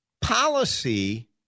policy